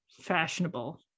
fashionable